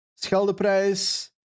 Scheldeprijs